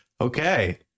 Okay